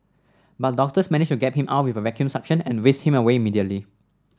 but doctors managed to get him out with a vacuum suction and whisked him away immediately